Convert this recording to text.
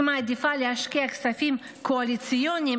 היא מעדיפה להשקיע כספים קואליציוניים